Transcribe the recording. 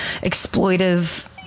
exploitive